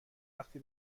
وقتی